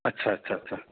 اچھا اچھا اچھا